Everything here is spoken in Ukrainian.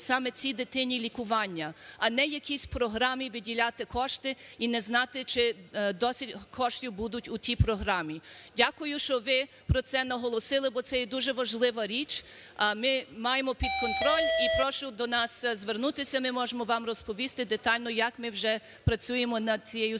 саме цій дитині лікування, а не якійсь програмі виділяти кошти і не знати, чи досить коштів буде у тій програмі. Дякую, що ви про це наголосили, бо це є дуже важлива річ. А ми маємо під контроль, і прошу до нас звернутися, ми можемо вам розповісти детально, як ми вже працюємо над цією справою.